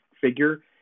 figure